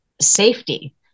safety